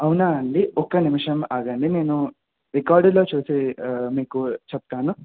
అవునా అండి ఒక్క నిమిషం ఆగండి నేను రికార్డులో చూసి మీకు చెప్తాను